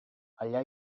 allà